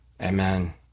Amen